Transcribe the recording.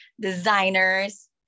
designers